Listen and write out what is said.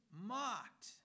mocked